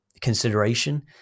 consideration